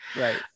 Right